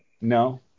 No